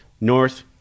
North